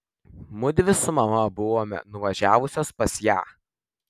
mudvi su mama buvome nuvažiavusios pas ją